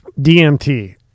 DMT